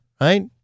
right